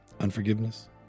unforgiveness